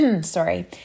sorry